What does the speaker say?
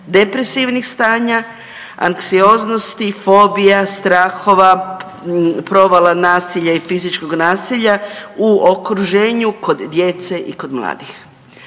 depresivnih stanja, anksioznosti, fobija, strahova, provala, nasilja i fizičkog nasilja u okruženju kod djece i kod mladih.